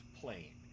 plane